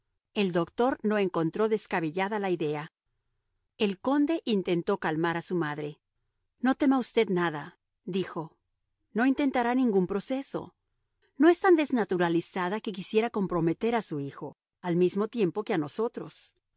el doctor no encontró descabellada la idea el conde intentó calmar a su madre no tema usted nada dijo no intentará ningún proceso no es tan desnaturalizada que quiera comprometer a su hijo al mismo tiempo que a nosotros